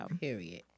Period